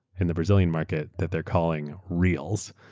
in the brazilian market that they are calling reels.